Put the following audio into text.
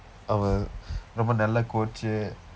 அவன் ரொம்ப நல்ல:avan rompa nalla coach